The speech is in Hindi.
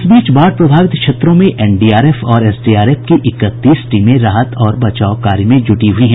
इस बीच बाढ़ प्रभावित क्षेत्रों में एनडीआरएफ और एसडीआरएफ की इकतीस टीमें राहत और बचाव कार्य में जुटी हुई हैं